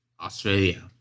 Australia